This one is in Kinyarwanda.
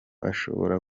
ashobora